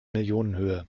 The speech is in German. millionenhöhe